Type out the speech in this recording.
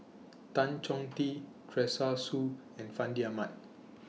Tan Chong Tee Teresa Hsu and Fandi Ahmad